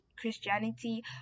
christianity